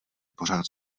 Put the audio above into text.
pořád